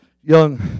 young